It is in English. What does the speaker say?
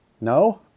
No